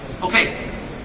Okay